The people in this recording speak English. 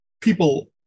people